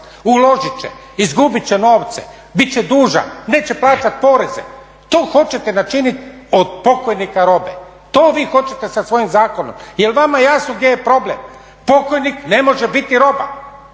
Uložit će, izgubit će novce, bit će dužan, neće plaćat poreze. To hoćete načiniti od pokojnika robe. To vi hoćete sa svojim zakonom. Je li vama jasno gdje je problem? Pokojnik ne može biti roba.